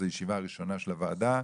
זו ישיבה ראשונה של הוועדה,